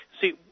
See